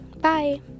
Bye